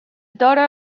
daughter